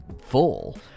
full